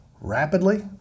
rapidly